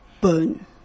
burn